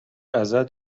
ازت